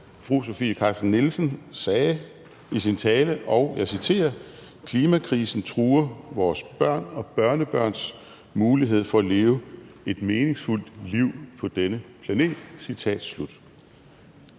fru Sofie Carsten Nielsen i sin tale sagde – og jeg citerer: Klimakrisen truer vores børn og børnebørns mulighed for at leve et meningsfuldt liv på denne planet.